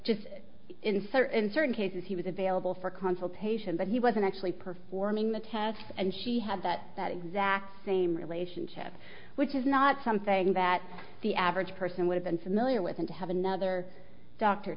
just in certain certain cases he was available for consultation but he wasn't actually performing the test and she had that that exact same relationship which is not something that the average person would have been familiar with and to have another doctor